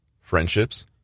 friendships